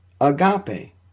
agape